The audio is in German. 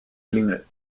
klingel